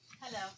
Hello